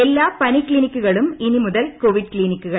എല്ലാ പനി ക്തിനിക്കുകളും ഇനി മുതൽ കോവിഡ് ക്ലിനിക്കുകൾ